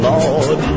Lord